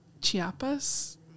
Chiapas